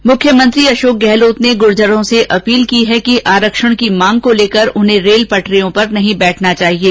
इस बीच मुख्यमंत्री अशोक गहलोत ने गुर्जरों से अपील की है कि आरक्षण की मांग को लेकर उन्हें रेल पेटरियों पर नहीं बैठना चाहिये